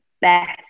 best